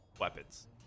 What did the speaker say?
weapons